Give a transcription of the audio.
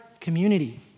community